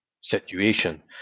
situation